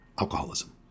Alcoholism